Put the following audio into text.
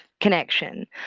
connection